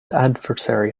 adversary